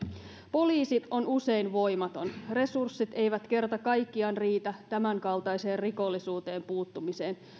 poliisi on usein voimaton resurssit eivät kerta kaikkiaan riitä tämän kaltaiseen rikollisuuteen puuttumiseen